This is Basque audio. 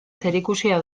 zerikusia